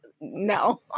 no